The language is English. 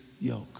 yoke